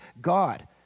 God